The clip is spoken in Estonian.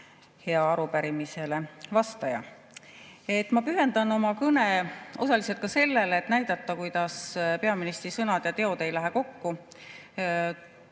Hea arupärimisele vastaja! Ma pühendan oma kõne osaliselt sellele, et näidata, kuidas peaministri sõnad ja teod ei lähe kokku.